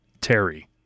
Terry